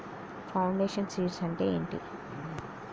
Foundation seeds అంటే ఏంటి?